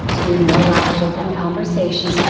to be more laughter than conversation,